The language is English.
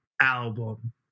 album